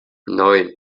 neun